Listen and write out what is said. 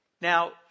Now